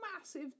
massive